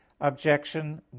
Objection